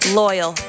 loyal